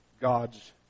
God's